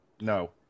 No